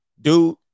Dude